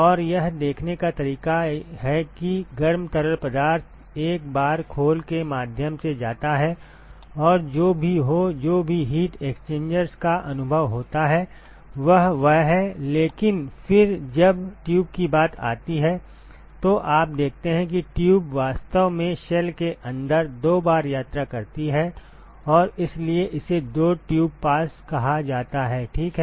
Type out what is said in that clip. और यह देखने का तरीका है कि गर्म तरल पदार्थ एक बार खोल के माध्यम से जाता है और जो भी हो जो भी हीट एक्सचेंजर्स का अनुभव होता है वह वह है लेकिन फिर जब ट्यूब की बात आती है तो आप देखते हैं कि ट्यूब वास्तव में शेल के अंदर दो बार यात्रा करती है और इसलिए इसे दो ट्यूब पास कहा जाता है ठीक है